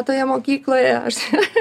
toje mokykloje aš